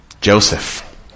Joseph